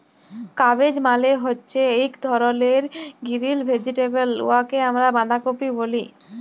cabbage মালে হছে ইক ধরলের গিরিল ভেজিটেবল উয়াকে আমরা বাঁধাকফি ব্যলি